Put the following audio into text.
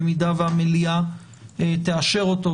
במידה והמליאה תאשר אותו,